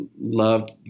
loved